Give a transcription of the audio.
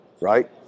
right